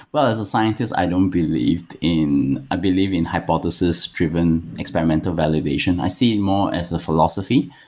but as a scientist, i don't believe in i believe in hypothesis-driven experimental validation. i see more as a philosophy.